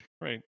Right